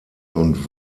und